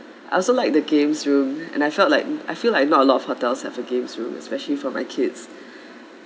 I also like the games room and I felt like I feel like not a lot of hotels have a games room especially for my kids